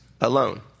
alone